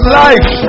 life